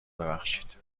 ببخشید